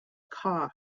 kaw